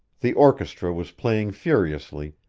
the orchestra was playing furiously,